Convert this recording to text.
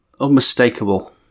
unmistakable